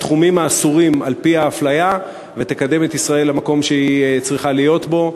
בתחומים האסורים בהפליה ותקדם את ישראל למקום שהיא צריכה להיות בו.